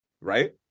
Right